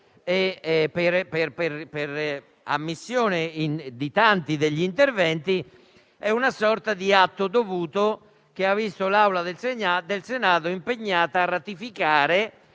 per ammissione di tanti degli intervenuti è una sorta di atto dovuto, che ha visto l'Assemblea del Senato impegnata a ratificare,